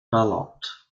ballot